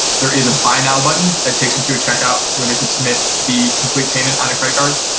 there is a buy-now button that takes you to a checkout where they can submit the complete payment on a credit card.